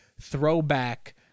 throwback